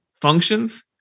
functions